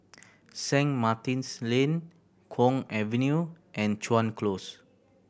Saint Martin's Lane Kwong Avenue and Chuan Close